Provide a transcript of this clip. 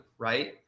right